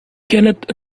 kenneth